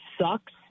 sucks